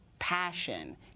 passion